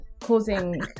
causing